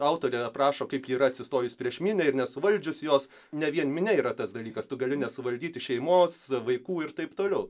autorė aprašo kaip ji yra atsistojus prieš minią ir nesuvaldžius jos ne vien minia yra tas dalykas tu gali nesuvaldyti šeimos vaikų ir taip toliau